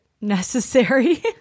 necessary